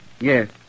Yes